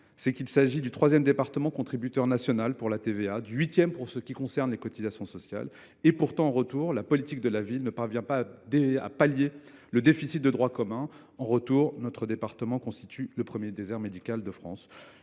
c’est qu’il s’agit du troisième département contributeur national à la TVA et du huitième pour ce qui concerne les cotisations sociales. Pourtant, en retour, la politique de la ville ne parvient pas à pallier le déficit de droit commun ; en retour, la Seine Saint Denis constitue le premier désert médical de France.